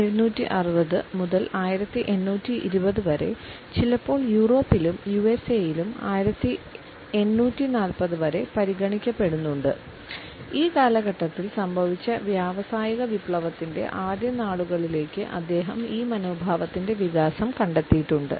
1760 മുതൽ 1820 വരെ ചിലപ്പോൾ യൂറോപ്പിലും യുഎസ്എയിലും 1840 വരെ പരിഗണിക്കപെടുന്നുണ്ട് ഈ കാലഘട്ടത്തിൽ സംഭവിച്ച വ്യാവസായിക വിപ്ലവത്തിന്റെ ആദ്യ നാളുകളിലേക്ക് അദ്ദേഹം ഈ മനോഭാവത്തിന്റെ വികാസം കണ്ടെത്തിയിട്ടുണ്ട്